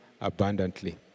abundantly